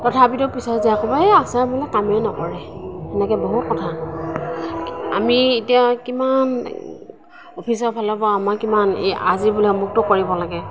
তথাপিতো পিছত যাই ক'ব এই আশাই বোলে কামেই নকৰে এনেকৈ বহুত কথা আমি এতিয়া কিমান অফিচৰ ফালৰ পৰা আমাক কিমান এই আজি বোলে অমুকটো কৰিব লাগে